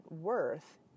worth